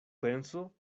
penso